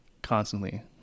Constantly